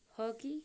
hockey